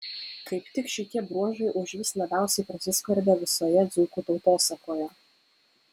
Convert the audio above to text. kaip tik šitie bruožai užvis labiausiai prasiskverbia visoje dzūkų tautosakoje